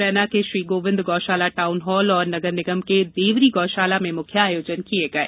मुरैना के Shri Govind Gaushala town hall और नगर निगम की देवरी गौशाला में मुख्य आयोजन किये गये